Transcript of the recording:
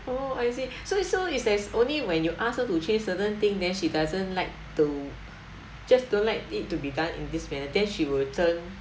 oh I see so so is there's only when you ask her to change certain thing then she doesn't like to just don't like it to be done in this manner then she will turn